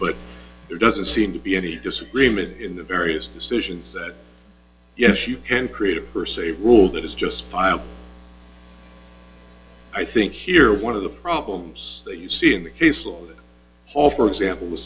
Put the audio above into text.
but there doesn't seem to be any disagreement in the various decisions that yes you can create a per se rule that is just filed i think here one of the problems you see in the case of hall for example